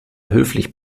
höflich